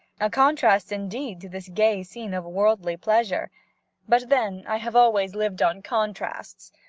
a contrast indeed to this gay scene of worldly pleasure but then i have always lived on contrasts!